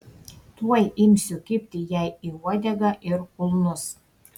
tuoj imsiu kibti jai į uodegą ir kulnus